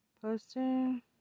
Posting